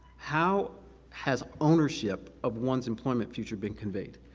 how has ownership of one's employment future been conveyed?